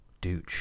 dude